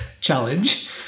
challenge